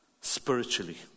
Spiritually